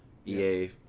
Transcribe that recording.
EA